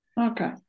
Okay